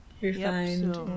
refined